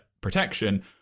protection